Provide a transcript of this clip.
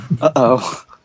Uh-oh